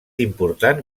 important